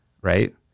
right